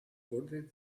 coordinate